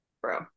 bro